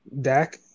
Dak